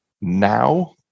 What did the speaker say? now